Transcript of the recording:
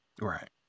Right